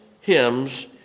hymns